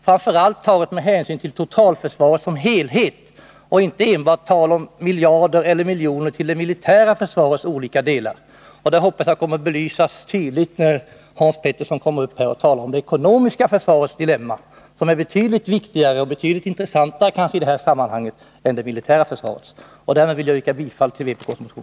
Framför allt måste vi ta hänsyn till totalförsvaret som helhet och inte enbart tala om miljoner eller miljarder till det militära försvarets olika delar. Detta hoppas jag kommer att belysas tydligt när Hans Peterssson i Hallstahammar senare skall tala om det ekonomiska försvarets dilemma, som är betydligt viktigare och intressantare i detta sammanhang än det militära försvarets. Herr talman! Jag yrkar bifall till vpk:s motion.